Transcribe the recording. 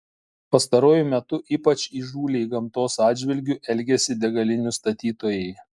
pastaruoju metu ypač įžūliai gamtos atžvilgiu elgiasi degalinių statytojai